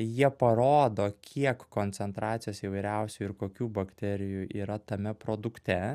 jie parodo kiek koncentracijos įvairiausių ir kokių bakterijų yra tame produkte